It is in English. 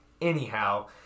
anyhow